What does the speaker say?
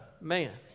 man